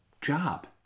job